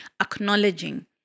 acknowledging